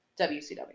WCW